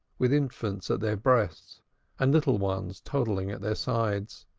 with infants at their breasts and little ones toddling at their sides,